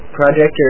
Projector